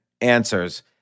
answers